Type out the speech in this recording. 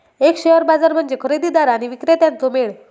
एक शेअर बाजार म्हणजे खरेदीदार आणि विक्रेत्यांचो मेळ